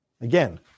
Again